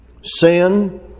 Sin